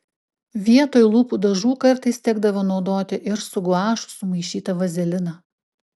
vietoj lūpų dažų kartais tekdavo naudoti ir su guašu sumaišytą vazeliną